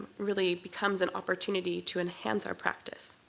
really becomes an opportunity to enhance our practice.